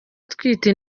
atwite